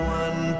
one